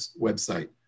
website